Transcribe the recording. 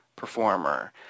performer